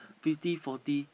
fifty forty